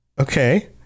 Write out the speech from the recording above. okay